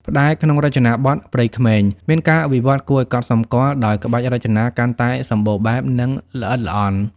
ផ្តែរក្នុងរចនាបថព្រៃក្មេង មានការវិវឌ្ឍន៍គួរឱ្យកត់សម្គាល់ ដោយក្បាច់រចនាកាន់តែសម្បូរបែប និងល្អិតល្អន់។